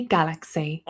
Galaxy